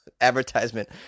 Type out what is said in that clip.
advertisement